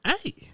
Hey